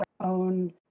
own